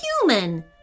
human